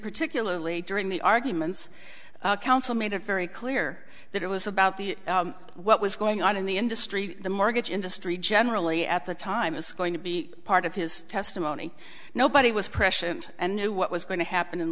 particularly during the arguments council made it very clear that it was about the what was going on in the industry the mortgage industry generally at the time it's going to be part of his testimony nobody was pressured and knew what was going to happen